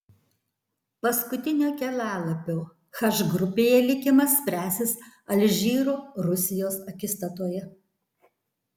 paskutinio kelialapio h grupėje likimas spręsis alžyro rusijos akistatoje